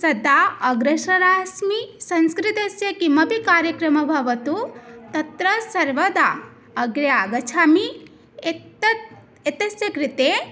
सदा अग्रेसरा अस्मि संस्कृतस्य किमपि कार्यक्रमः भवतु तत्र सर्वदा अग्रे आगच्छामि एतत् एतस्य कृते